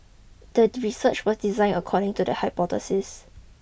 the research was designed according to the hypothesis